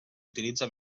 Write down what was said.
utilitza